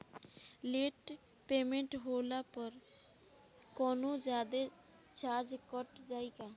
Late payment होला पर कौनोजादे चार्ज कट जायी का?